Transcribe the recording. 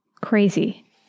Crazy